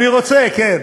אני רוצה, כן.